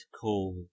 call